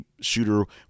Shooter